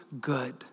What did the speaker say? good